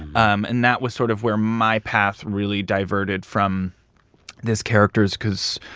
um and that was sort of where my path really diverted from these characters because,